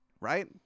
right